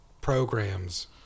programs